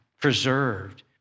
preserved